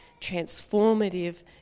transformative